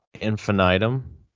infinitum